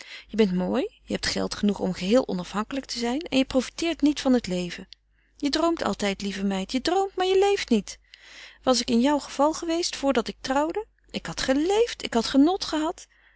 je bent mooi je hebt geld genoeg om heel onafhankelijk te zijn en je profiteert niet van je leven je droomt altijd lieve meid je droomt maar je leeft niet was ik in jouw geval geweest voordat ik trouwde ik had geleefd ik had genot gehad